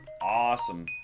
awesome